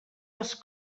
les